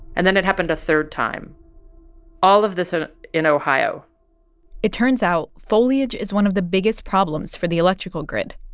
and then it happened a third time all of this ah in ohio it turns out foliage is one of the biggest problems for the electrical grid.